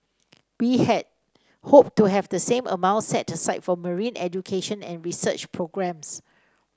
we had hoped to have the same amount set aside for marine education and research programmes